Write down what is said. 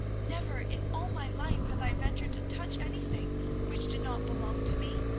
never in all my life have i ventured to touch anything which did not belong to me,